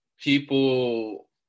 people